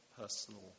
personal